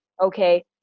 okay